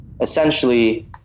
Essentially